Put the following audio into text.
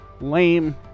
Lame